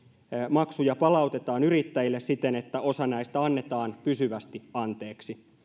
maksuja palautetaan yrittäjille siten että osa näistä annetaan pysyvästi anteeksi